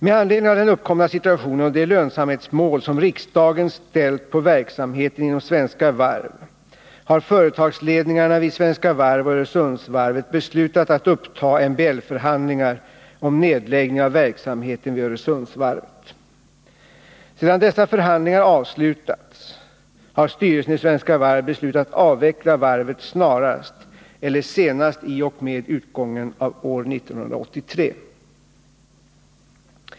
Med anledning av den uppkomna situationen och de lönsamhetsmål som riksdagen ställt på verksamheten inom Svenska Varv har företagsledningarna vid Svenska Varv och Öresundsvarvet beslutat att uppta MBL förhandlingar om nedläggning av verksamheten vid Öresundsvarvet. Sedan dessa förhandlingar avslutats har styrelsen i Svenska Varv beslutat avveckla varvet snarast eller senast i och med utgången av år 1983.